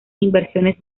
inversiones